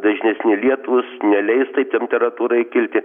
dažnesni lietūs neleis tai temperatūrai kilti